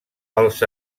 els